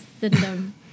system